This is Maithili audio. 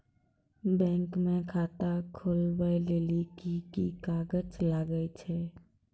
बैंक म खाता खोलवाय लेली की की कागज लागै छै?